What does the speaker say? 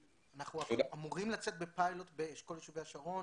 אנחנו אמורים לצאת בפיילוט באשכול יישובי השרון